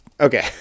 Okay